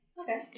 Okay